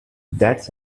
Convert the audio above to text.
that’s